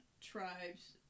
tribes